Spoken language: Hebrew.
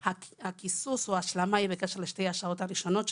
הקיזוז או ההשלמה הם בקשר לשעתיים הראשונות,